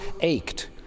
ached